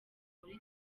muri